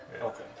Okay